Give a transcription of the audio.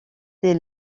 dès